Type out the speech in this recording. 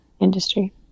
industry